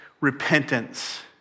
repentance